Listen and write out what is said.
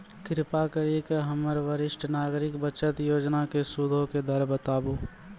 कृपा करि के हमरा वरिष्ठ नागरिक बचत योजना के सूदो के दर बताबो